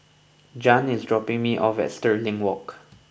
Jann is dropping me off at Stirling Walk